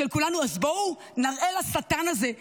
אז בואו נראה לשטן הזה,